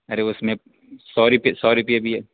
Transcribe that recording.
ارے اس میں سو سو روپیہ بھی ہے